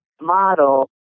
model